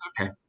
okay